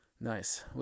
Nice